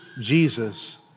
Jesus